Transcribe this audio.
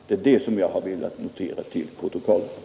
Det är detta jag har velat anföra till protokollet.